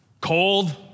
cold